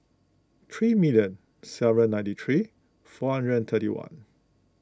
three million seven hundred ninety three four hundred and thirty one